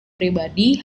pribadi